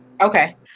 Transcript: Okay